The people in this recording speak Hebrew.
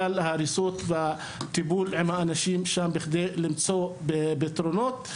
כי נכחתי שם והייתי עם האנשים בכדי למצוא פתרונות.